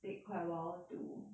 take quite a while to